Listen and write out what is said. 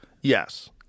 Yes